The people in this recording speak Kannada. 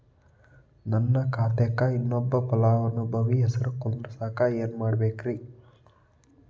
ನನ್ನ ಖಾತೆಕ್ ಇನ್ನೊಬ್ಬ ಫಲಾನುಭವಿ ಹೆಸರು ಕುಂಡರಸಾಕ ಏನ್ ಮಾಡ್ಬೇಕ್ರಿ?